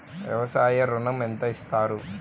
వ్యవసాయ ఋణం ఎంత ఇస్తారు?